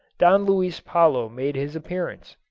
don luis palo made his appearance.